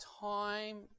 time